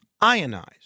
ionized